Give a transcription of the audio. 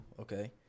Okay